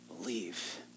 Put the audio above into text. believe